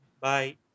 Bye